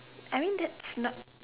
I mean that's not